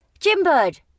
Jimbird